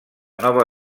nova